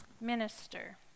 minister